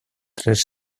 tres